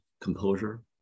composure